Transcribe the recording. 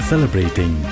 Celebrating